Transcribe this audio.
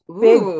Big